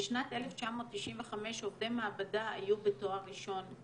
בשנת 1995 עובדי מעבדה היו בתואר ראשון,